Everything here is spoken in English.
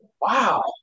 wow